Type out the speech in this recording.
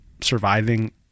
surviving